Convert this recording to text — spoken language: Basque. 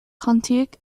jantziek